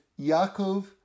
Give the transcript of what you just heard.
Yaakov